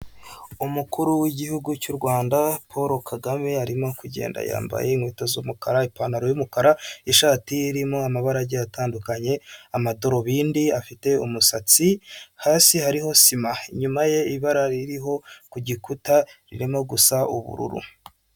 Umukuru w'igihugu cy'u Rwanda Paul Kagame arimo kugenda yambaye inkweto z'umukara ipantaro y'umukara, ishati irimo amabarage atandukanye, amadarubindi, afite umusatsi hasi hariho sima, inyuma ye ibara ririho ku gikuta ririmo gusa ubururu.